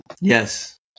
Yes